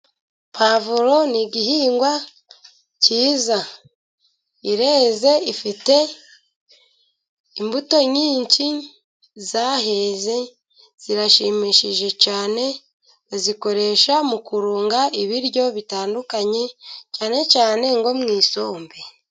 Pavuro ni igihingwa cyiza, ireze ifite imbuto nyinshi zaheze zirashimishije cyane, bazikoresha mu kurunga ibiryo bitandukanye, cyane cyane nko mu isombe.